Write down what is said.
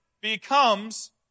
becomes